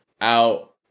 out